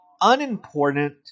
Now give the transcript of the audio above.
unimportant